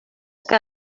que